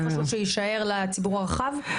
באיזשהו מקום שבו זה יישאר לציבור הרחב?